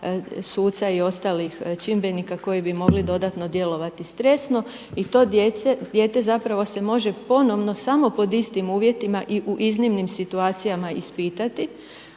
suca i ostalih čimbenika koji bi mogli dodatno djelovati stresno. I to dijete zapravo se može ponovno samo pod istim uvjetima i u iznimnim situacijama ispitati,